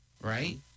right